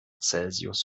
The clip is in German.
celsius